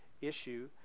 issue